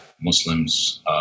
Muslims